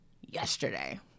yesterday